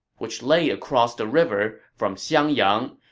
which laid across the river from xiangyang,